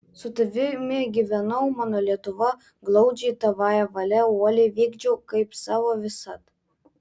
su tavimi gyvenau mano lietuva glaudžiai tavąją valią uoliai vykdžiau kaip savo visad